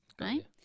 right